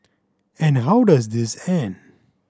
and how does this end